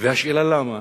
והשאלה היא למה.